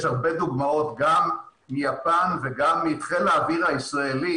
יש הרבה דוגמאות גם מיפן וגם מחיל האוויר הישראלי